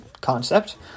concept